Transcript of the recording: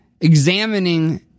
examining